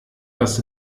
das